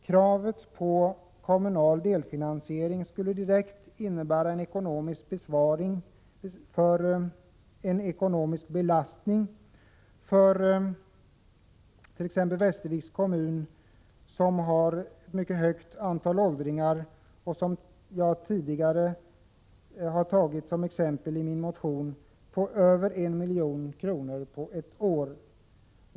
Kravet på kommunal delfinansiering skulle direkt för t.ex. Västerviks kommun, som har ett högt antal åldringar och som jag tidigare har tagit som exempel i min motion, innebära en ekonomisk belastning på över 1 milj.kr. på ett år.